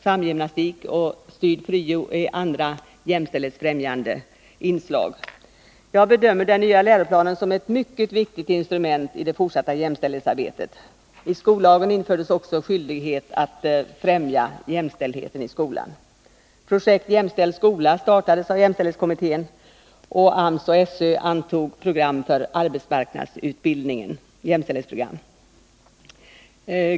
Samgymnastik, styrd pryo m.m. är andra jämställdhetsfrämjande inslag. Jag bedömer den nya läroplanen som ett mycket viktigt instrument i det fortsatta jämställdhetsarbetet. I skollagen infördes också skyldighet att verka för jämställdhet i skolan. Projektet Jämställd skola startades av jämställdhetskommittén, och AMS och SÖ antog ett jämställdhetsprogram för arbetsmarknadsutbildning.